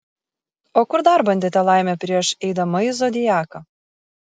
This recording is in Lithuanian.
o kur dar bandėte laimę prieš eidama į zodiaką